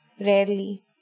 rarely